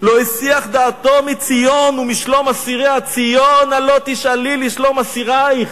לא הסיח דעתו מציון ומשלום אסירי ה'ציון הלא תשאלי לשלום אסירייך'".